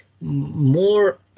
more